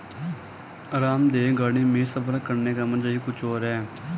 आरामदेह गाड़ी में सफर करने का मजा ही कुछ और है